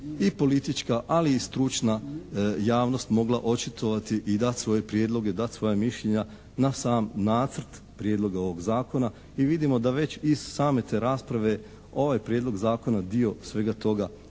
i politička, ali i stručna javnost mogla očitovati i dati svoje prijedloge, dati svoja mišljenja na sam nacrt prijedloga ovog zakona i vidimo da već iz same te rasprave ovaj prijedlog zakona dio svega toga